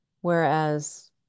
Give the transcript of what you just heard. Whereas